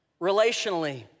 relationally